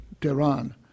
Tehran